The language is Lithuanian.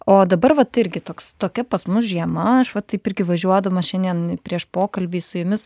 o dabar vat irgi toks tokia pas mus žiema aš va taip irgi važiuodama šiandien prieš pokalbį su jumis